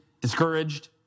discouraged